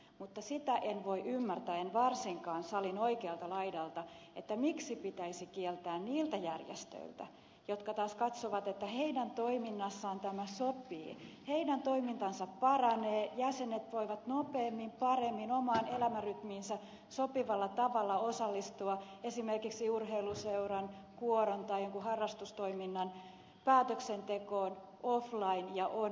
mutta sitä en voi ymmärtää en varsinkaan salin oikealta laidalta esitettynä miksi tämä pitäisi kieltää niiltä järjestöiltä jotka taas katsovat että heidän toimintaansa tämä sopii heidän toimintansa paranee jäsenet voivat nopeammin paremmin omaan elämänrytmiinsä sopivalla tavalla osallistua esimerkiksi urheiluseuran kuoron tai jonkun harrastustoiminnan päätöksentekoon offline ja online